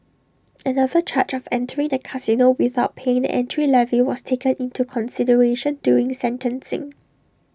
another charge of entering the casino without paying the entry levy was taken into consideration during sentencing